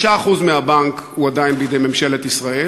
6% מהבנק עדיין בידי ממשלת ישראל,